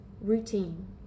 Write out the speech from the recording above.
routine